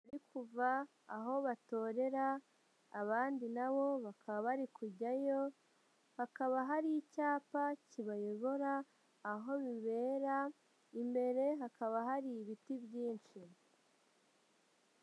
Bari kuva aho batorera abandi nabo bakaba bari kujyayo, hakaba hari icyapa kibayobora aho bibera, imbere hakaba hari ibiti byinshi.